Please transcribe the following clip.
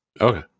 Okay